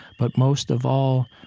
but most of all,